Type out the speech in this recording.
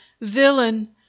Villain